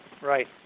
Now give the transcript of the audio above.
Right